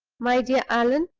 my dear allan,